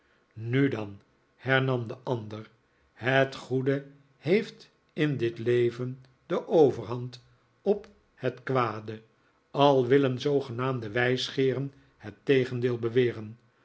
nu dan hernam de ander het goede heeft in dit leven de overhand op het kwade al willen zoogenaamde wijsgeeren het tegendeel beweren